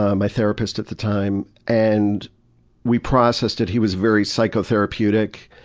ah my therapist at the time, and we processed it. he was very psychotherapeutic.